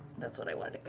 that's what i wanted